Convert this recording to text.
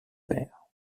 père